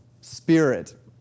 spirit